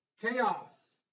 Chaos